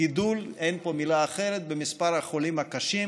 גידול, אין פה מילה אחרת, במספר החולים הקשים: